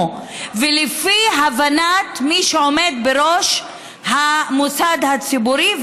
ולפי הבנת מי שעומד בראש המוסד הציבורי,